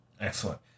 Excellent